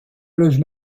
loge